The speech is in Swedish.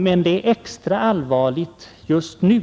Men det är extra allvarligt just nu,